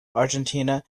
argentina